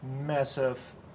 massive